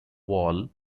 wall